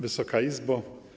Wysoka Izbo!